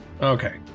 Okay